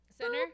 center